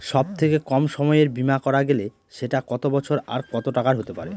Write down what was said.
সব থেকে কম সময়ের বীমা করা গেলে সেটা কত বছর আর কত টাকার হতে পারে?